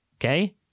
okay